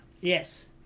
Yes